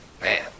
Man